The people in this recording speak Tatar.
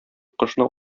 кошны